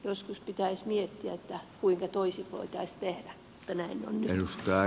joskus pitäisi miettiä kuinka toisin voitaisiin tehdä mutta näin on nyt